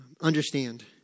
understand